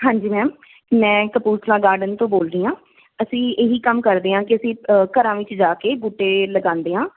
ਹਾਂਜੀ ਮੈਮ ਮੈਂ ਕਪੂਰਥਲਾ ਗਾਰਡਨ ਤੋਂ ਬੋਲਦੀ ਹਾਂ ਅਸੀਂ ਇਹੀ ਕੰਮ ਕਰਦੇ ਹਾਂ ਕਿ ਅਸੀਂ ਘਰਾਂ ਵਿੱਚ ਜਾ ਕੇ ਬੂਟੇ ਲਗਾਉਂਦੇ ਹਾਂ